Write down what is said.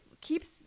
keeps